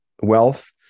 Wealth